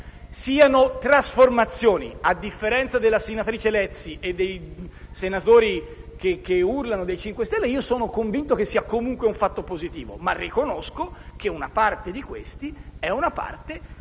siano trasformazioni; ma, a differenza della senatrice Lezzi e dei senatori che urlano del Movimento 5 Stelle, sono convinto che sia comunque un fatto positivo. Ma riconosco che una parte di questi è